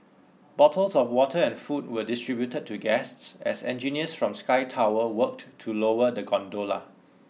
bottles of water and food were distributed to guests as engineers from Sky Tower worked to lower the gondola